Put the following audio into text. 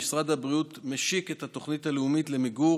משרד הבריאות משיק את התוכנית הלאומית למיגור